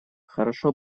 хорошо